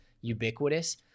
ubiquitous